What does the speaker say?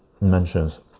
mentions